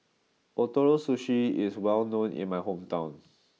Ootoro Sushi is well known in my hometown